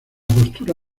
postura